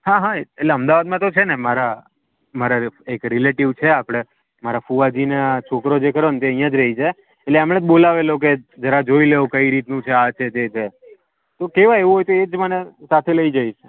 હા હા એટલે અમદાવાદમાં તો છે ને મારા મારા એક રિલેટિવ છે આપણે મારા ફુવાજીના છોકરો જે ખરો ને તે અહીંયા જ રહે છે એટલે એમણે જ બોલાવેલો કે જરા જોઈ લો કઈ રીતનું છે આ છે તે છે તો કહેવાય એવું હોય તો એ જ મને સાથે લઈ જઈશ